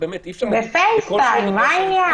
אי אפשר בכל --- ב"פייס-טיים", מה העניין?